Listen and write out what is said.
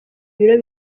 ibiro